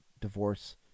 divorce